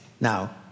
Now